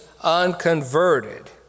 unconverted